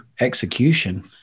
execution